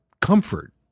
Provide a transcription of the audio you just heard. comfort